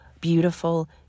beautiful